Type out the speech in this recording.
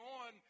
on